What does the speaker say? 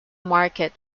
market